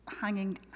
hanging